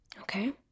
okay